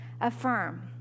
Affirm